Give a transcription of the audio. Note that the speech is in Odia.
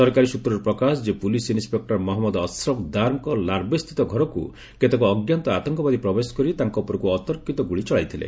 ସରକାରୀ ସୂତ୍ରରୁ ପ୍ରକାଶ ଯେ ପୁଲିସ୍ ଇନ୍ନପେକୂର ମହମ୍ମଦ ଅସ୍ରଫ ଦାର୍ଙ୍କ ଲାର୍ବେସ୍ଥିତ ଘରକୁ କେତେକ ଅଜ୍ଞାତ ଆତଙ୍କବାଦୀ ପ୍ରବେଶ କରି ତାଙ୍କ ଉପରକୁ ଅତର୍କିତ ଗୁଳି ଚଳାଇଥିଲେ